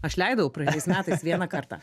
aš leidau praeitais metais vieną kartą